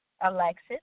Alexis